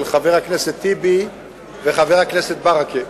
של חבר הכנסת טיבי ושל חבר הכנסת ברכה.